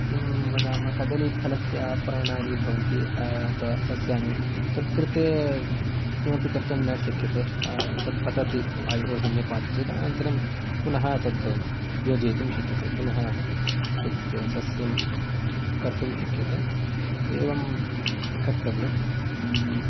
किं वदामः कदलीफलस्य प्रणालि भवन्ति शस्यानि तत् कृते किमपि कर्तुं न शक्यते तत् पतति वायुः सम्यक् वाति चेत् अनन्तरं पुनः तद् योजयितुं शक्यते पुनः तद् सस्यं कर्तुं शक्यते एवं कर्तव्यम्